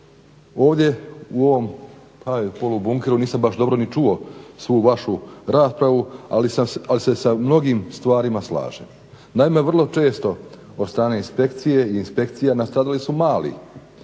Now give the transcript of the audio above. Ovdje u ovom polu bunkeru nisam baš dobro ni čuo svu vašu raspravu ali se sa mnogim stvarima slažem. Naime, vrlo često od strane inspekcije i inspekcija nastradali su mali.